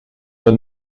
d’un